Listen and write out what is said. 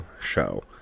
show